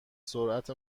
سرعت